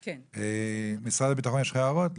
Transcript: למשרד הביטחון יש הערות?